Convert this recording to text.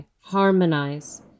harmonize